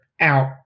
out